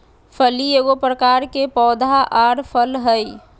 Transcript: फली एगो प्रकार के पौधा आर फल हइ